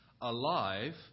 alive